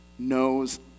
knows